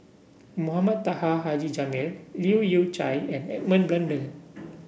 Mohamed Taha Haji Jamil Leu Yew Chye and Edmund Blundell